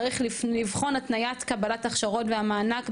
צריך לבחון את התניית קבלת הכשרות והמענק,